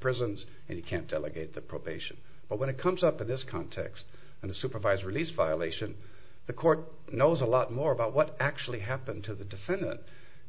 prisons and he can't delegate the probation but when it comes up in this context and the supervisor released violation the court knows a lot more about what actually happened to the defendant